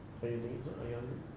are you eating it so are you hungry